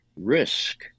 risk